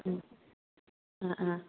ആ ആ